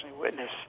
witness